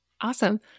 Awesome